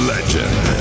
Legend